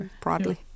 broadly